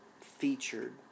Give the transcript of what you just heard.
featured